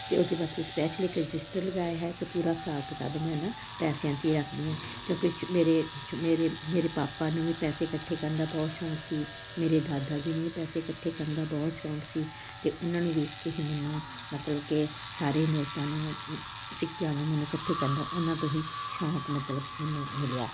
ਤਾਂ ਉਹਦੇ ਵਾਸਤੇ ਸਪੈਸ਼ਲ ਇੱਕ ਰਜਿਸਟਰ ਲਗਾਇਆ ਹੈ ਅਤੇ ਪੂਰਾ ਹਿਸਾਬ ਕਿਤਾਬ ਮੈਂ ਨਾ ਪੈਸਿਆਂ 'ਤੇ ਰੱਖਦੀ ਹਾਂ ਕਿਉਂਕਿ ਸ਼ੁ ਮੇਰੇ ਸ਼ ਮੇਰੇ ਮੇਰੇ ਪਾਪਾ ਨੂੰ ਵੀ ਪੈਸੇ ਇਕੱਠੇ ਕਰਨ ਦਾ ਬਹੁਤ ਸ਼ੌਂਕ ਸੀ ਮੇਰੇ ਦਾਦਾ ਜੀ ਨੂੰ ਵੀ ਪੈਸੇ ਇਕੱਠੇ ਕਰਨ ਦਾ ਬਹੁਤ ਸੌਂਕ ਸੀ ਅਤੇ ਉਹਨਾਂ ਨੂੰ ਵੇਖ ਕੇ ਹੀ ਮੈਨੂੰ ਮਤਲਬ ਕਿ ਸਾਰੇ ਨੋਟਾਂ ਨੂੰ ਸਿੱਕਿਆਂ ਨੂੰ ਮੈਨੂੰ ਇਕੱਠੇ ਕਰਨ ਦਾ ਉਹਨਾਂ ਤੋਂ ਹੀ ਸ਼ੌਂਕ ਮਤਲਬ ਮੈਨੂੰ ਮਿਲਿਆ